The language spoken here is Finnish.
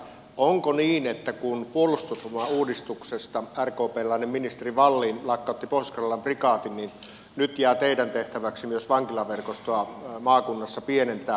onko niin että kun puolustusvoimauudistuksesta rkpläinen ministeri wallin lakkautti pohjois karjalan prikaatin niin nyt jää teidän tehtäväksenne myös vankilaverkostoa maakunnassa pienentää